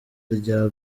rya